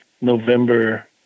November